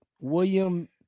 William